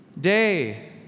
Day